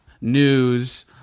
news